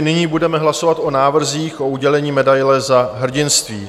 Nyní budeme hlasovat o návrzích k udělení medaile Za hrdinství.